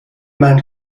mein